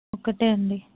ఒకటి అండి